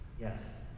yes